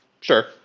Sure